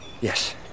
Yes